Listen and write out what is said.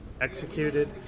executed